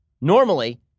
Normally